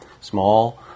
small